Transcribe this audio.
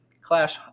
Clash